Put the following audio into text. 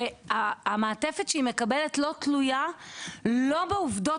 המעטפת שהיא מקבלת לא תלויה לא בעובדות